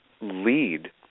lead